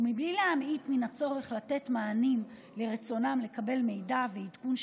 ובלי להמעיט מן הצורך לתת מענים לרצונם לקבל מידע ועדכון,